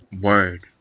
Word